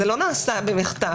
זה לא נעשה במחטף.